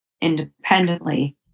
independently